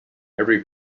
every